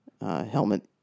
Helmet